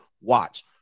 Watch